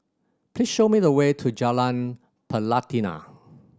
please show me the way to Jalan Pelatina